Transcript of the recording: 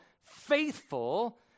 faithful